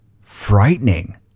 frightening